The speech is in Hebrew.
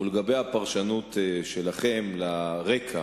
לגבי הפרשנות שלכם לרקע